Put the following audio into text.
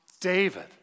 David